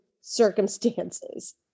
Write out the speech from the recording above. circumstances